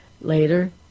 later